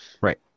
right